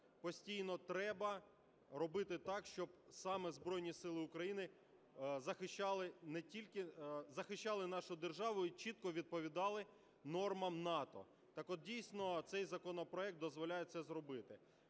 постійно треба робити так, щоб саме Збройні Сили України захищали нашу державу і чітко відповідали нормам НАТО. Так от, дійсно, цей законопроект дозволяє це зробити.